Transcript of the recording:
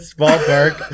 ballpark